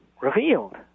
revealed